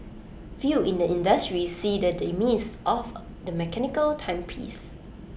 few in the industry see the demise of the mechanical timepiece